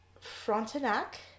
Frontenac